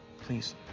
Please